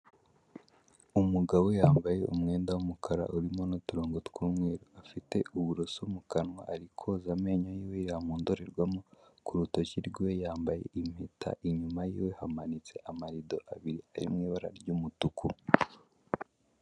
Umugabo yambaye umwenda w'umukara urimo n'uturongo tw'umweru, afite uburoso mu kanwa, ari koza amenyo y'iwe yireba mu ndorerwamo; ku rutoki rw'iwe yambaye impeta, inyuma y'iwe hamanitse amarido abiri, ari mu ibara ry'umutuku.